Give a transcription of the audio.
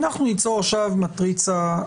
אנחנו ניצור עכשיו מטריצה.